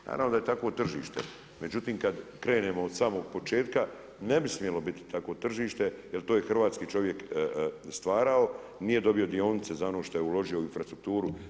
Naravno da je takvo tržište, međutim kad krenemo od samog početka ne bi smjelo biti takvo tržište jer to je hrvatski čovjek stvarao, nije dobio dionice za ono što je uložio u infrastrukturu.